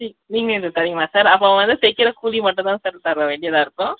நீங்களே வந்து தரீங்களா சார் அப்போ வந்து தைக்கிற கூலி மட்டும் தான் சார் தர வேண்டியதாக இருக்கும்